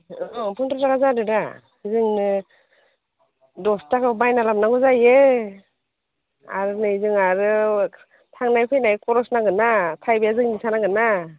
औ फन्द्र' थाखा जादों दा जोंनो दस थाकायाव बायना लाबोनांगौ जायो आरो नै जों आरो थांनाय फैनाय खरस नांगोना थाइबाया जोंनि थानांगोन ना